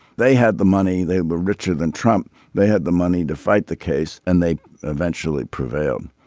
they had the money they were richer than trump. they had the money to fight the case and they eventually prevailed.